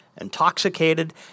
intoxicated